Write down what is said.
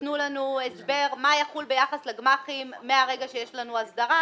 לתת לנו הסבר מה יחול ביחס לגמ"חים מהרגע שיש לנו הסדרה,